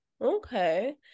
okay